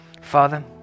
Father